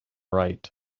right